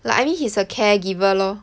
like I mean he's a caregiver lor